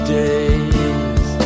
days